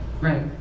Right